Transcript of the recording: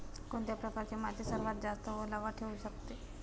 कोणत्या प्रकारची माती सर्वात जास्त ओलावा ठेवू शकते?